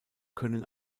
können